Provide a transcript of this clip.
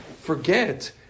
forget